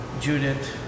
Judith